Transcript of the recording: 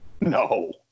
No